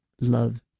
love